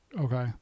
okay